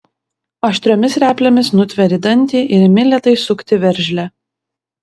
aštriomis replėmis nutveri dantį ir imi lėtai sukti veržlę